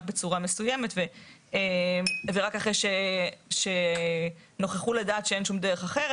בצורה מסוימת ורק אחרי שנוכחו לדעת שאין שום דרך אחרת.